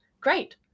Great